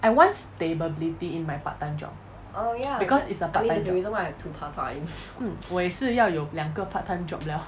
I want stability in my part-time job because it's a part-time job mm 我也是要有两个 part-time job liao